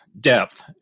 depth